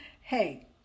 Hey